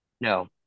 No